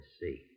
see